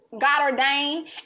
God-ordained